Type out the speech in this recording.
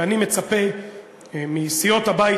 ואני מצפה מסיעות הבית,